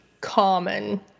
common